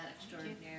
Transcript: extraordinary